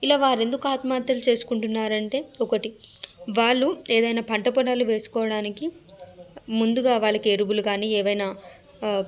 ఇలా వారు ఎందుకు ఆత్మహత్యలు చేసుకుంటున్నారు అంటే ఒకటి వాళ్ళు ఏదైనా పంటపొలాలు వేసుకోడానికి ముందుగా వాళ్ళకి ఎరువులు కానీ ఏవైనా ఆ